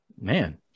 Man